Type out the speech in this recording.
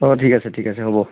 অ ঠিক আছে ঠিক আছে হ'ব